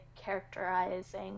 characterizing